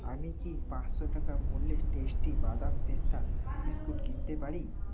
আমি কি পাঁচশো টাকা মূল্যের টেস্টি বাদাম পেস্তা বিস্কুট কিনতে পারি